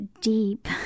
deep